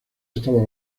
estaba